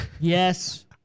Yes